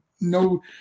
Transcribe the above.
no –